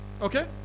okay